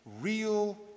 real